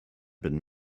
been